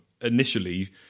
initially